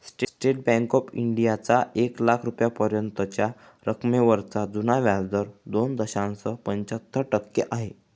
state Bank of इंडियाचा एक लाख रुपयांपर्यंतच्या रकमेवरचा जुना व्याजदर दोन दशांश पंच्याहत्तर टक्के आहे